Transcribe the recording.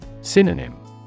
Synonym